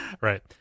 Right